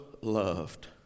loved